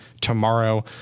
tomorrow